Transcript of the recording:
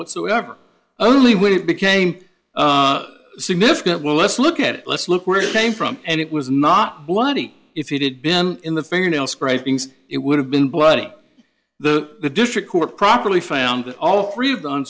whatsoever only when it became significant well let's look at it let's look where it came from and it was not bloody if he did been in the fingernail scrapings it would have been bloody the district court properly found that all three of the